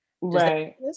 Right